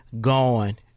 gone